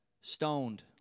Stoned